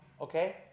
okay